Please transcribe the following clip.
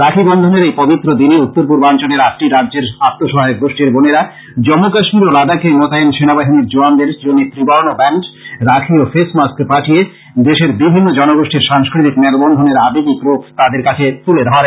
রাখি বন্ধনের এই পবিত্র দিনে উত্তরপূর্বাঞ্চলের আটটি রাজ্যের আত্মসহায়ক গোষ্ঠীর বোনেরা জম্ম কাশ্মীর ও লাদাখে মোতায়েন সেনাবাহিনীর জওয়ানদের জন্য ত্রিবর্ণ ব্যান্ড রাখি ও ফেস মাস্ক পাঠিয়ে দেশের বিভিন্ন জনগোষ্ঠীর সাংস্কৃতিক মেলবন্ধনের আবেগিক রূপ তাদের কাছে তুলে ধরেন